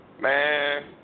man